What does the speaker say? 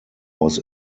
was